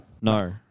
No